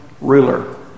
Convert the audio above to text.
ruler